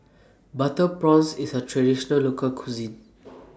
Butter Prawns IS A Traditional Local Cuisine